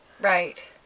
Right